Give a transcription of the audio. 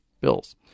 bills